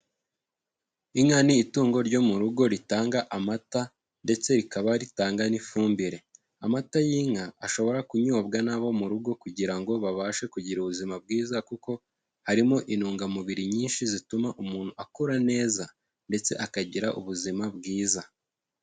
Inka ni itungo ryo mu rugo ritanga amata ndetse rikaba ritanga n'ifumbire, amata y'inka ashobora kunyobwa n'abo mu rugo kugira ngo babashe kugira ubuzima bwiza, kuko harimo intungamubiri nyinshi zituma umuntu akura neza ndetse akagira ubuzima bwiza.